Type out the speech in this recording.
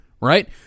right